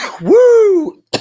Woo